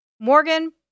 Morgan